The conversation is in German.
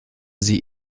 sie